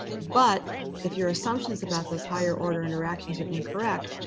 but if your assumptions about those higher-order interactions are incorrect,